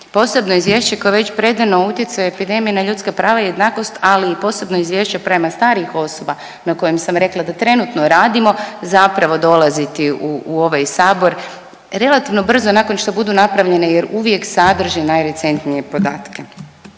posebno izvješće koje je već predano o utjecaju epidemije na ljudska prava i jednakost ali i posebno izvješće prema starijim osobama na kojem sam rekla da trenutno radimo zapravo dolaziti u ovaj Sabor relativno brzo nakon što budu napravljene jer uvijek sadrže najrecentnije podatke.